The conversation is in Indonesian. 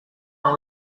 yang